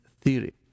theory